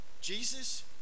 Jesus